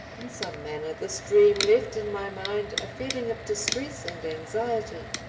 in some manner this dream left in my mind a feeling of distress and anxiety.